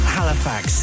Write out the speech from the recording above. Halifax